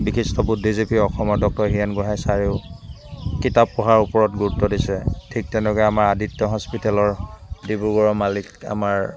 বিশিষ্ট বুদ্ধিজীৱি অসমৰ ডক্টৰ হীৰেণ গোহাই ছাৰেও কিতাপ পঢ়াৰ ওপৰত গুৰুত্ব দিছে ঠিক তেনেকৈ আমাৰ আদিত্য হস্পিটেলৰ ডিব্ৰুগড়ৰ মালিক আমাৰ